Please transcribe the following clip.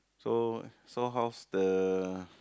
so so how's the